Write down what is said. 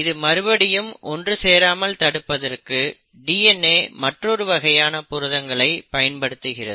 இது மறுபடியும் ஒன்று சேராமல் தடுப்பதற்கு DNA மற்றொரு வகையான புரதங்களை பயன்படுத்துகிறது